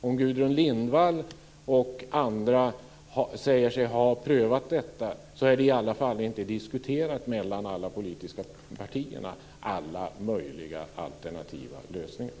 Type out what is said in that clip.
Om Gudrun Lindvall och andra säger sig ha prövat detta kan jag säga att alla politiska partier inte har diskuterat alla möjliga alternativa lösningar.